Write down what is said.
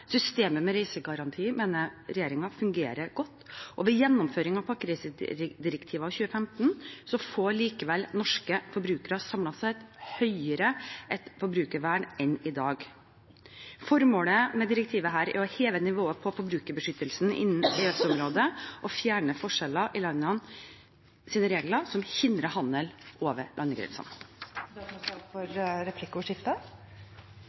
mener at systemet med reisegaranti fungerer godt, og ved gjennomføring av pakkereisedirektivet av 2015 får norske forbrukere samlet sett et større forbrukervern enn i dag. Formålet med dette direktivet er å heve nivået på forbrukerbeskyttelsen innen EØS-området og fjerne forskjeller i landenes regler som hindrer handel over landegrensene.